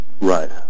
Right